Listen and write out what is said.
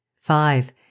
Five